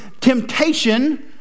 temptation